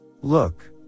Look